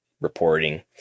reporting